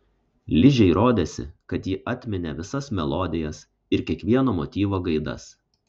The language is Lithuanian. ližei rodėsi kad ji atminė visas melodijas ir kiekvieno motyvo gaidas